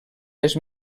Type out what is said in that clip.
les